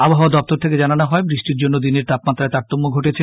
আবহাওয়া দপ্তর থেকে জানানো হয় বৃষ্টির জন্য দিনের তাপমাত্রায় তারতম্য ঘটেছে